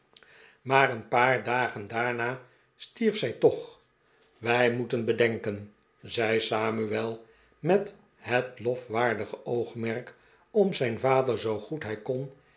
maar een paar dagen daarna stierf zij toch wij moeten bedenken zei samuel met het lofwaardige oogmerk om zijn vader zoo goed hij kon